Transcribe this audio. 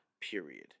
Period